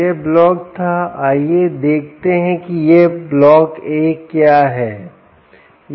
यह ब्लॉक था आइए देखते हैं कि यह ब्लॉक A क्या है